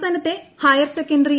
സംസ്ഥാനത്ത് higher secondary V